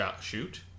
shoot